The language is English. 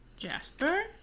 Jasper